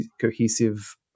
cohesive